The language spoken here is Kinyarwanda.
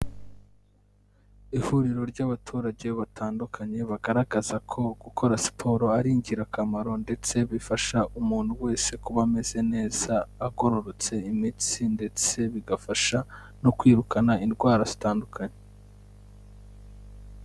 Ihuriro ry'abaturage batandukanye bagaragaza ko gukora siporo ari ingirakamaro ndetse bifasha umuntu wese kuba ameze neza, agororotse imitsi ndetse bigafasha no kwirukana indwara zitandukanye.